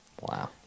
Wow